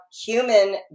human